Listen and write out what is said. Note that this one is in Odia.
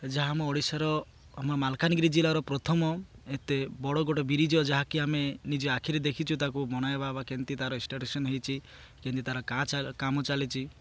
ଯାହା ଆମ ଓଡ଼ିଶାର ଆମ ମାଲକାନଗିରି ଜିଲ୍ଲାର ପ୍ରଥମ ଏତେ ବଡ଼ ଗୋଟେ ବ୍ରିଜ୍ ଯାହାକି ଆମେ ନିଜେ ଆଖିରେ ଦେଖିଛୁ ତାକୁ ବନାଇବା ବା କେମିତି ତାର ହେଇଛି କେମିନ୍ତି ତା'ର କାମ ଚାଲିଛି